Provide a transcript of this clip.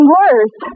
worse